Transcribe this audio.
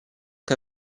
che